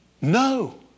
No